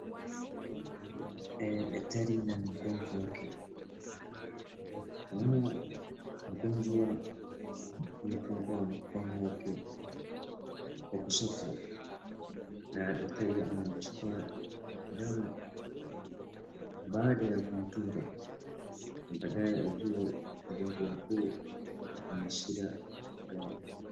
Daktari na mgonjwa wake. Naona mgonjwa amefungua mkono wake wa kushoto na daktari anamchukua damu baada ya kumdunga na baadaye ajue mgonjwa huu akona shida gani.